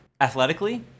Athletically